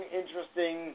interesting